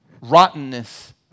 Rottenness